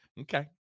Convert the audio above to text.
okay